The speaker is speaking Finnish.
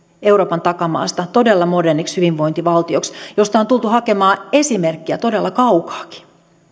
euroopan takamaasta todella moderniksi hyvinvointivaltioksi josta on tultu hakemaan esimerkkiä todella kaukaakin